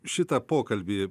šitą pokalbį